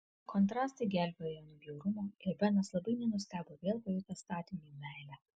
kontrastai gelbėjo ją nuo bjaurumo ir benas labai nenustebo vėl pajutęs statiniui meilę